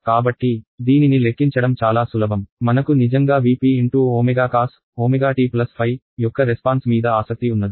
కాబట్టి దీనిని లెక్కించడం చాలా సులభం మనకు నిజంగా V p × ω cos ω t యొక్క రెస్పాన్స్ మీద ఆసక్తి ఉన్నది